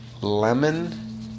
lemon